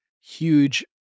huge